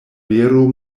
vero